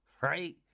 right